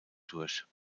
durch